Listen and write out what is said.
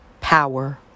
Power